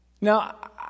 Now